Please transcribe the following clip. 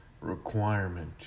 requirement